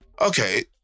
okay